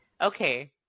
okay